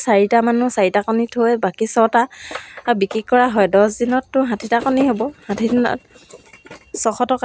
কৰিবলৈ বহুখিনিয়ে সময় পাইছিলোঁ ঘৰৰ কাম বনবিলাক সময়মতে কৰি পিনি চিলাই তাৰপিছত